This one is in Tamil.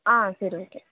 ஆ சரி ஓகே